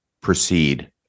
proceed